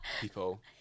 people